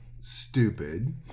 stupid